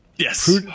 Yes